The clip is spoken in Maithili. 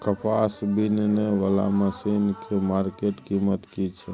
कपास बीनने वाला मसीन के मार्केट कीमत की छै?